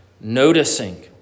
noticing